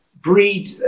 breed